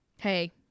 Hey